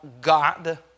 God